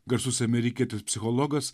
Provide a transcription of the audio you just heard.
garsus amerikietis psichologas